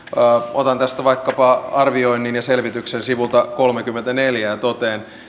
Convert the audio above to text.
otan tästä vaikkapa arvioinnin ja selvityksen sivulta kolmekymmentäneljä ja totean